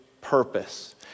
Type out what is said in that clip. purpose